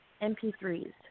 MP3s